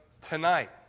tonight